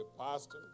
Pastor